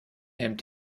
hemmt